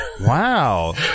Wow